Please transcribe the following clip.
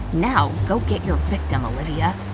now go get your victim, olivia! oh,